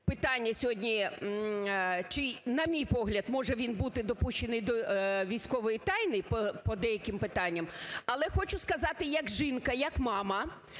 питання сьогодні, чи, на мій погляд, може він бути допущений до військової тайни по деяким питанням, але хочу сказати як жінка, як мама,